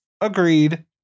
Agreed